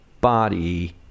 body